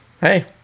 hey